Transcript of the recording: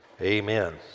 Amen